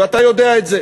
ואתה יודע את זה.